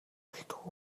үлдэх